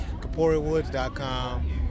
kaporiwoods.com